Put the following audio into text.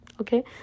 okay